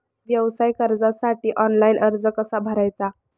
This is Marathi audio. व्यवसाय कर्जासाठी ऑनलाइन अर्ज कसा भरायचा?